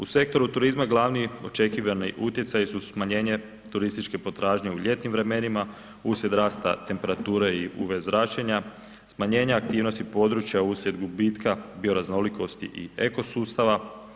U sektoru turizma glavni očekivani utjecaji su smanjenje turističke potražnje u ljetnim vremenima uslijed rasta temperature i UV zračenja, smanjenja aktivnosti područja uslijed gubitka bioraznolikosti i ekosustava.